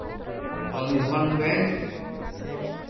Bandhan bank